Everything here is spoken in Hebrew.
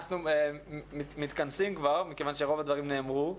אנחנו מתכנסים מכוון שרוב הדברים נאמרו.